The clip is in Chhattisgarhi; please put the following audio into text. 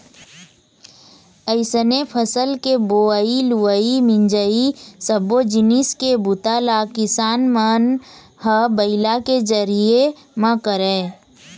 अइसने फसल के बोवई, लुवई, मिंजई सब्बो जिनिस के बूता ल किसान मन ह बइला के जरिए म करय